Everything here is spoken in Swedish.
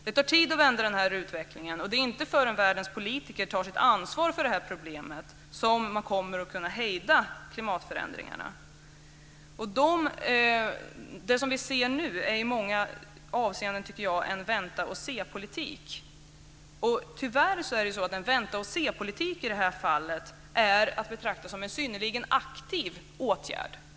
Det tar tid att vända denna utveckling, och det är inte förrän världens politiker tar sitt ansvar för detta problem som man kommer att kunna hejda klimatförändringarna. Det vi ser nu är i många avseenden en vänta-ochse-politik, tycker jag. Tyvärr är en vänta-och-sepolitik i detta fall att betrakta som en synnerligen aktiv politik.